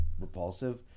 repulsive